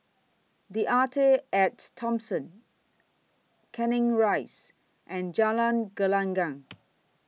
The Arte At Thomson Canning Rise and Jalan Gelenggang